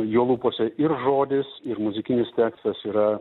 jo lūpose ir žodis ir muzikinis tekstas yra